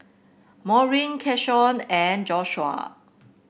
Maurine Keshawn and Joshuah